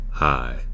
Hi